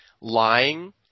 Lying